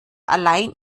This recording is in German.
allein